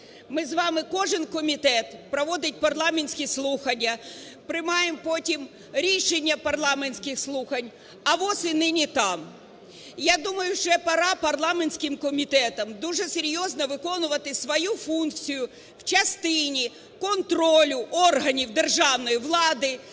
Ми з вами, кожен комітет проводить парламентські слухання, приймаємо потім рішення парламентських слухань, а віз і нині там. Я думаю, що пора парламентським комітетам дуже серйозно виконувати свою функцію в частині контролю органів державної влади